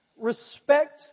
respect